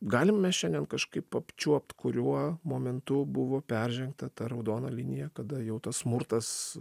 galim mes šiandien kažkaip apčiuopt kuriuo momentu buvo peržengta ta raudona linija kada jau tas smurtas